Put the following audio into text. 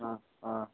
हाँ हाँ